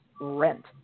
rent